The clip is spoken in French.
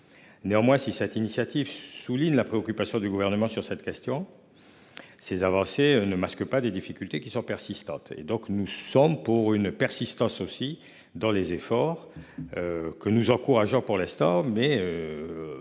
Néanmoins, si cette initiative souligne la préoccupation du gouvernement sur cette question. Ces avancées ne masque pas des difficultés qui sont persistantes et donc nous sommes pour une persistance aussi dans les efforts. Que nous encourageant pour l'instant mais.